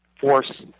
force